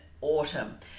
autumn